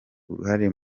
uruhare